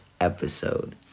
episode